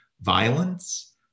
violence